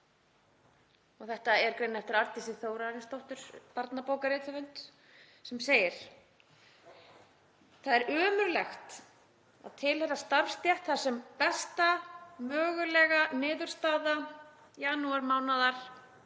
Þetta er grein eftir Arndísi Þórarinsdóttur barnabókahöfund. Þar segir: „Það er ömurlegt að tilheyra starfsstétt þar sem besta mögulega niðurstaða janúarmánaðar